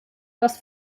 das